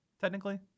technically